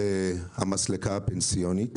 המסלקה הפנסיונית.